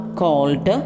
called